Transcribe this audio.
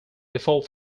before